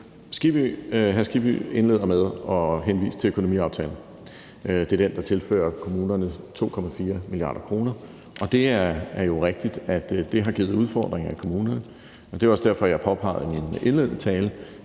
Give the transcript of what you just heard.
Skibby indleder med at henvise til økonomiaftalen. Det er den, der tilfører kommunerne 2,4 mia. kr., og det er jo rigtigt, at det har givet udfordringer i kommunerne. Det er også derfor, jeg i min indledende tale